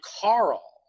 Carl